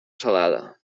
salada